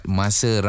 masa